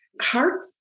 heart